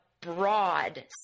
broad